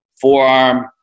forearm